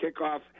kickoff